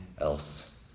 else